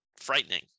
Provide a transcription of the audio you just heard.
frightening